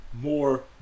more